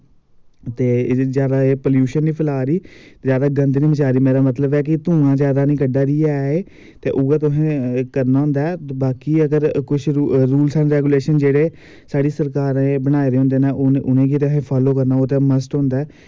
ते जादै प्लूशन निं फैला दी जादै गंद निं मचा दी मेरा मतलब ऐ की धूआं जादै निं कड्ढा दी ऐ ते उऐ तुसेंगी करना होंदा ऐ की रूल्स एंड रेगुलैशन जेह्ड़े सारे बनाए दे होंदे न ते उनेंगी अस फॉलो करना होंदा ऐ